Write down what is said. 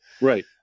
right